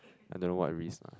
I don't know what risk ah